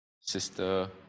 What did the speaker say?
Sister